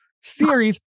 series